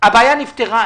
הבעיה נפתרה,